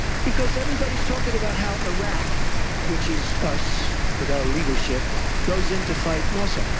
because everybody is talking about how iraq which is us with our leadership goes into fight mosul.